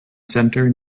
center